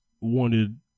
wanted